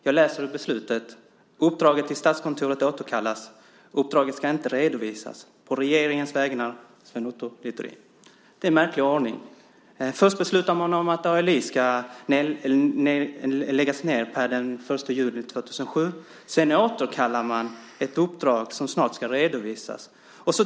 Jag läser ur beslutet: Uppdraget till Statskontoret återkallas. Uppdraget ska inte redovisas. På regeringens vägnar Sven Otto Littorin. Det är en märklig ordning. Först beslutar man att ALI ska läggas ned per den 1 juli 2007. Sedan återkallar man ett uppdrag som snart ska redovisas.